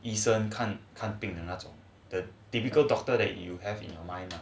医生看看病人那种 typical doctor that you have in your mind